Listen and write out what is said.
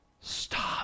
stop